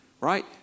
right